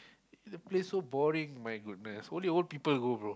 the place so boring my goodness only old people go bro